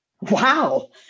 Wow